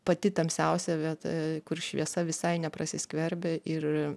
pati tamsiausia vieta kur šviesa visai neprasiskverbia ir